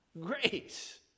grace